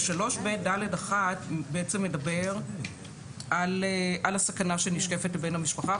3ב(ד)(1) בעצם מדבר על הסכנה שנשקפת לבן המשפחה,